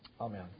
amen